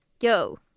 yo